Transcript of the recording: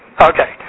Okay